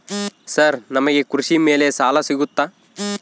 Sir ನಮಗೆ ಕೃಷಿ ಮೇಲೆ ಸಾಲ ಸಿಗುತ್ತಾ?